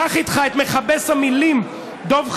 קח איתך את מכבס המילים דב חנין,